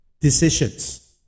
decisions